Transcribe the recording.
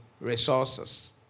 resources